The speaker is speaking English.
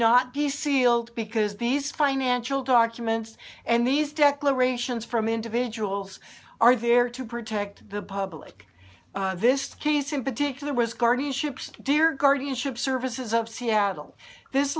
not be sealed because these financial documents and these declarations from individuals are there to protect the public this case in particular was guardianship dear guardianship services of seattle this